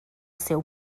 seu